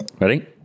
Ready